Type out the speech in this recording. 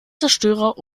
zerstörer